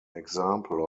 example